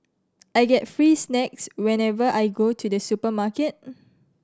I get free snacks whenever I go to the supermarket